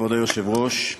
כבוד היושב-ראש,